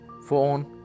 phone